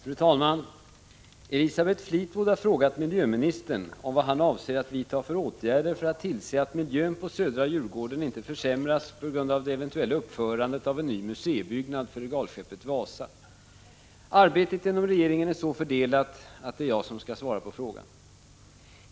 Fru talman! Elisabeth Fleetwood har frågat miljöministern vad han avser att vidta för åtgärder för att tillse att miljön på södra Djurgården inte försämras på grund av det eventuella uppförandet av en ny museibyggnad för regalskeppet Wasa. Arbetet inom regeringen är så fördelat att det är jag som skall svara på frågan.